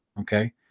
Okay